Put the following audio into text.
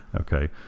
Okay